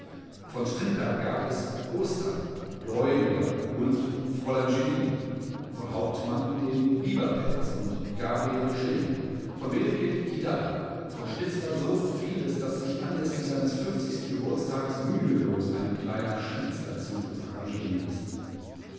von strindberg gab es ostern gläubiger und fräulein julie von hauptmann den bieberpelz und den gabriel schilling von wedekind hidalla von schnitzler so vieles daß sich anläßlich seines fünfzigsten geburtstages mühelos ein kleiner schnitzler-cyklus arrangieren ließ